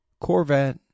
Corvette